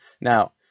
Now